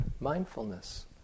mindfulness